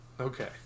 Okay